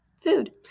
Food